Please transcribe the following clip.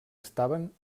estaven